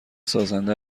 سازنده